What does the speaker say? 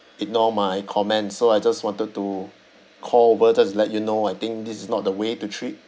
ignore my comments so I just wanted to call over just to let you know I think this is not the way to treat